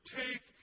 take